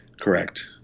Correct